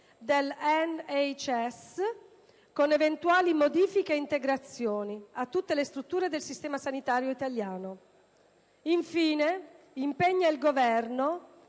del NHS (con eventuali modifiche e integrazioni) a tutte le strutture del sistema sanitario italiano; rendere possibili